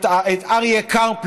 את אריה קרפ,